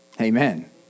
Amen